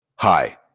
Hi